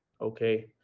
okay